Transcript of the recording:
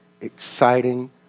exciting